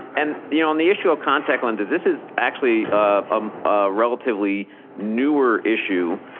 and you know, on the issue of contact lens. this is actually um a relatively newer issue.